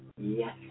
Yes